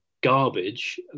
garbage